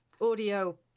audio